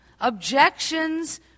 objections